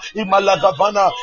imalagavana